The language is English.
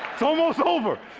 it's almost over.